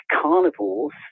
carnivores